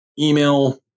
email